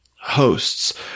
hosts